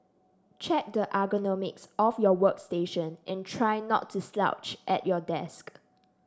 check the ergonomics of your workstation and try not to slouch at your desk